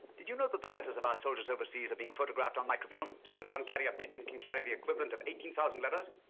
did you know that the letters of our soldiers overseas are being photographed on microfilm so that one carrier pigeon can carry the equivalent of eighteen thousand letters?